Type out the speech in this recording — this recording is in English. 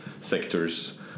sectors